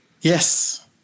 Yes